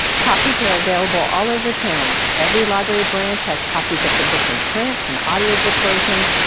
copies are available all over town. every library branch has copies of the book in print and audiobook versions,